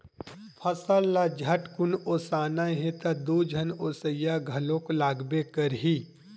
फसल ल झटकुन ओसाना हे त दू झन ओसइया घलोक लागबे करही